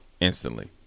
instantly